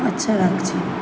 আচ্ছা রাখছি